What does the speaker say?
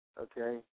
okay